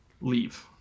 leave